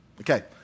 okay